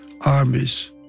armies